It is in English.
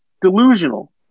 delusional